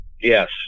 Yes